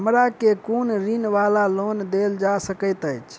हमरा केँ कुन ऋण वा लोन देल जा सकैत अछि?